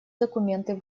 документы